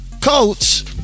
Coach